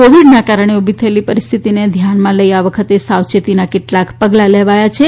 કોવિડના કારણે ઉભી થયેલી પરિસ્થિતિને ધ્યાનમાં લઇ આ વખતે સાવચેતીના કેટલાક પગલાં લેવાયા છે